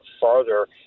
farther